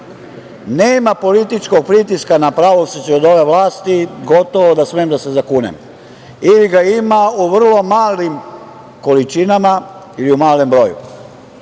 Nema političkog pritiska na pravosuđe od ove vlasti, gotovo da smem da se zakunem. Ili ga ima u vrlo malim količinama ili u malom broju.